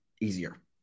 easier